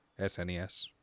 SNES